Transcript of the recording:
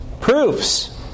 proofs